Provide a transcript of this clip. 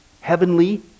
heavenly